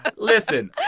ah listen